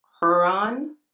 Huron